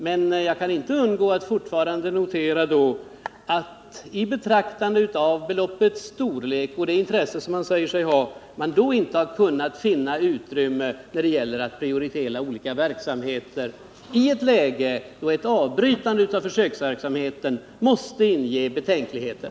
Men jag kan inte, i betraktande av beloppets storlek och det intresse som man säger sig ha, undgå att fortfarande notera att folkpartiet, i ett läge där ett avbrytande av försöksverksamheten måste inge betänkligheter, inte har kunnat finna utrymme när det gäller att prioritera olika verksamheter.